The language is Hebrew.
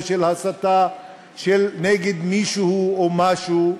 או של הסתה נגד מישהו או משהו.